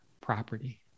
property